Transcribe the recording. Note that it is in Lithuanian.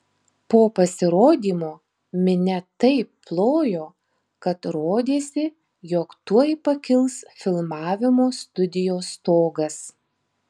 po pasirodymo minia taip plojo kad rodėsi jog tuoj pakils filmavimo studijos stogas